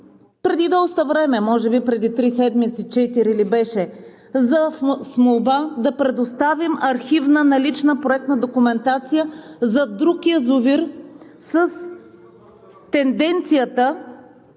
преди доста време, може би преди три-четири седмици ли беше, с молба да предоставим архивна, налична проектна документация за друг язовир с тенденцията